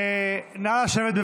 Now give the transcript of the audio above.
נא לשבת.